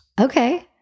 okay